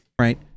right